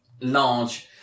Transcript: large